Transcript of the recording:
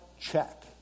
check